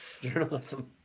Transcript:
Journalism